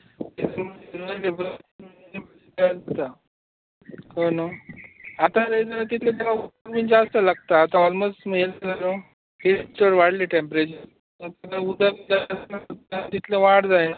आसता कळ्ळें न्हू आतात येल्यार तितलें त्या उदीक बी जास्त लागता आतां ओल्मोस्ट ह्या दिसांनी न्हू हीट चड वाडली मागीर उदक जास्त आनी तितली वाड जायना